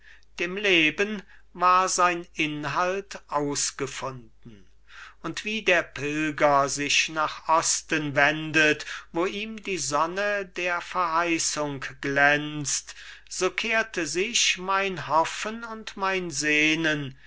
dem leben war sein inhalt ausgefunden und wie der pilger sich nach osten wendet wo ihm die sonne der verheißung glänzt so kehrte sich mein hoffen und mein sehnen